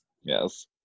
Yes